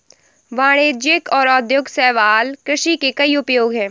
वाणिज्यिक और औद्योगिक शैवाल कृषि के कई उपयोग हैं